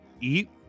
eat